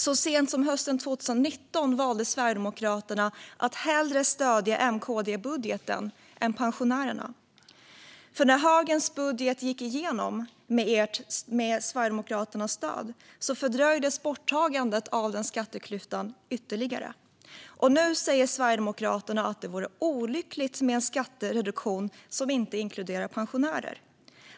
Så sent som hösten 2019 valde Sverigedemokraterna att hellre stödja M-KD-budgeten än pensionärerna. När högerns budget gick igenom med Sverigedemokraternas stöd fördröjdes borttagandet av skatteklyftan ytterligare. Nu säger Sverigedemokraterna att det vore "olyckligt" med en skattereduktion som inte inkluderar pensionärer.